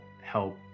help